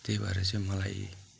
त्यही भएर चाहिँ मलाई